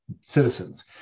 citizens